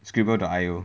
skribbl dot I_O